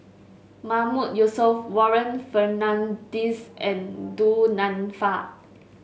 Mahmood Yusof Warren Fernandez and Du Nanfa